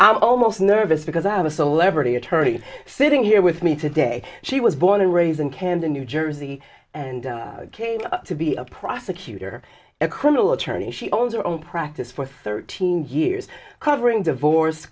i'm almost nervous because i have a celebrity attorney sitting here with me today she was born and raised in camden new jersey and came to be a prosecutor a criminal attorney she owns her own practice for thirteen years covering divorce